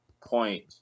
point